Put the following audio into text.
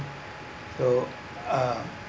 so uh